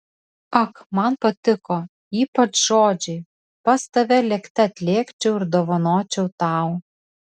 ak man patiko ypač žodžiai pas tave lėkte atlėkčiau ir dovanočiau tau